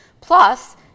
Plus